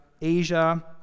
Asia